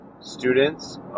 students